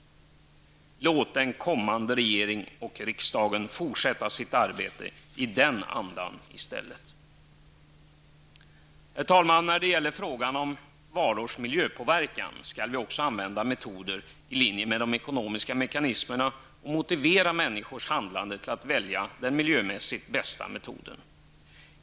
Låt riksdagen och en kommande regering fortsätta sitt arbete i den andan i stället. Herr talman! När det gäller frågan om varors miljöpåverkan skall vi också använda metoder i linje med de ekonomiska mekanismerna och motivera människors handlande till att välja den miljömässigt bästa metoden.